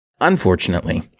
Unfortunately